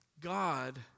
God